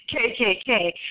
KKK